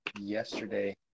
yesterday